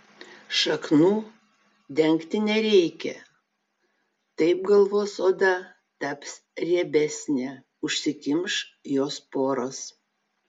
šaknų dengti nereikia taip galvos oda taps riebesnė užsikimš jos poros